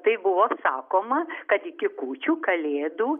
tai buvo sakoma kad iki kūčių kalėdų